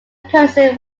person